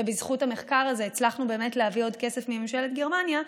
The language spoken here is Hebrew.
ובזכות המחקר הזה הצלחנו באמת להביא עוד כסף מממשלת גרמניה.